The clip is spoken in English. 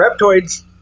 reptoids